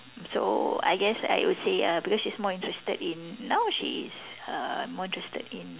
so I guess I would say uh because she's more interested in now she is err more interested in